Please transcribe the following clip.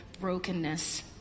brokenness